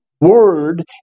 word